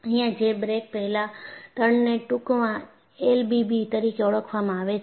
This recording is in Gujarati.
અહિયાં જે બ્રેક પહેલાં તડને ટૂંકમાં એલબીબી તરીકે ઓળખવામાં આવે છે